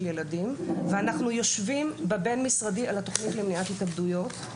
ילדים ואנחנו יושבים בבין-משרדי על התוכנית למניעת התאבדויות.